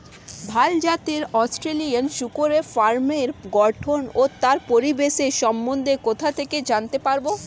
ভাল জাতের অস্ট্রেলিয়ান শূকরের ফার্মের গঠন ও তার পরিবেশের সম্বন্ধে কোথা থেকে জানতে পারবো?